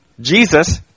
Jesus